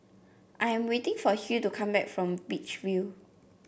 I am waiting for Hill to come back from Beach View